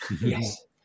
yes